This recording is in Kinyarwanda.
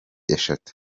eshatu